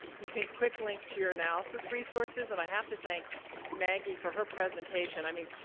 you can quick-link to your analysis resources. and i have to thank maggie for her presentation. i mean,